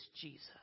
Jesus